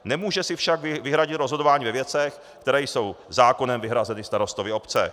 Nemůže si však vyhradit rozhodování ve věcech, které jsou zákonem vyhrazeny starostovi obce.